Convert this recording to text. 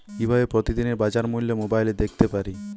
কিভাবে প্রতিদিনের বাজার মূল্য মোবাইলে দেখতে পারি?